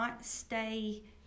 stay